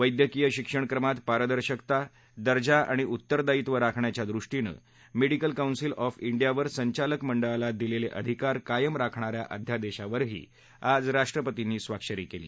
वैद्यकीय शिक्षणक्रमात पारदर्शकता दर्जा आणि उत्तरदायित्व राखण्याच्या दृष्टीनं मेडीकल कॉन्सिल ऑफ इंडियावर संचालक मंडळाला दिलेले अधिकार कायम राखणाऱ्या अध्यादेशावरही आज राष्ट्रपतींनी स्वाक्षरी केली